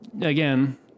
again